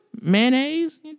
Mayonnaise